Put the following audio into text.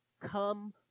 come